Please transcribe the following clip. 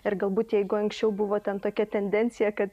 ir galbūt jeigu anksčiau buvo ten tokia tendencija kad